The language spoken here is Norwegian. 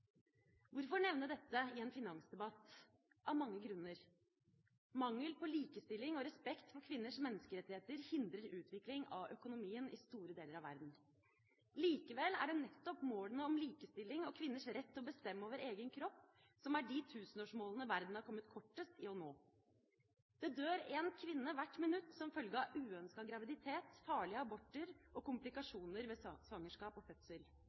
Hvorfor nevne dette i en finansdebatt? Av mange grunner. Mangel på likestilling og respekt for kvinners menneskerettigheter hindrer utvikling av økonomien i store deler av verden. Likevel er det nettopp målene om likestilling og kvinners rett til å bestemme over egen kropp som er de tusenårsmålene verden har kommet kortest i å nå. Det dør en kvinne hvert minutt som følge av uønsket graviditet, farlige aborter og komplikasjoner ved svangerskap og fødsel,